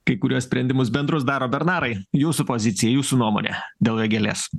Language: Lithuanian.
kai kuriuos sprendimus bendrus daro bernarai jūsų pozicija jūsų nuomonė dėl vėgėlės